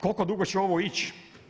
Koliko dugo će ovo ići?